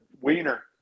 wiener